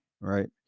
right